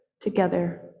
together